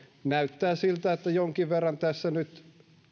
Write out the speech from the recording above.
näyttää siltä että jonkin verran tässä nyt